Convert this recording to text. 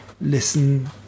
listen